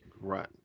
Right